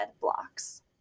blocks